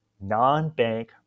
non-bank